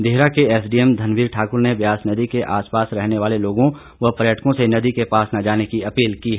देहरा के एसडीएम धनवीर ठाकर ने ब्यास नदी के आस पास रहने वाले लोगों व पर्यटकों से नदी के पास न जाने की अपील की है